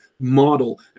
model